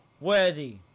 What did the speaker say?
worthy